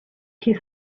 his